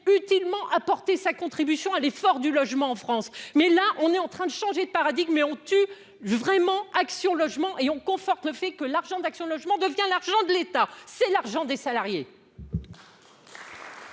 utilement apporter sa contribution à l'effort du logement en France, mais là on est en train de changer de paradigme mais on tu veux vraiment Action logement et on conforte le fait que l'argent d'Action Logement devient l'argent de l'État, c'est l'argent des salariés.